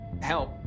help